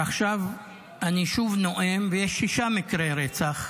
ועכשיו אני שוב נואם ויש שישה מקרי רצח,